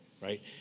right